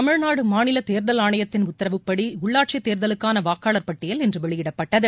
தமிழ்நாடு மாநில தேர்தல் ஆணையத்தின் உத்தரவுப்படி உள்ளாட்சித் தேர்தலுக்கான வாக்காளர் பட்டியல் இன்று வெளியிடப்பட்டது